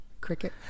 Cricket